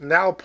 Now